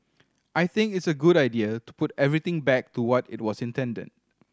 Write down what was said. I think it's a good idea to put everything back to what it was intended